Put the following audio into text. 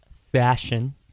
fashion